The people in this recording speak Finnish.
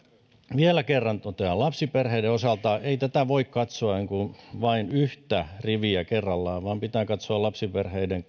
vielä kerran totean lapsiperheiden osalta ei tätä voi katsoa vain yksi rivi kerrallaan vaan pitää katsoa lapsiperheiden